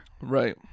Right